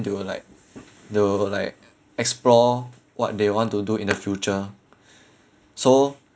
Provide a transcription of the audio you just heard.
they will like they will like explore what they want to do in the future so